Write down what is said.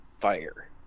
fire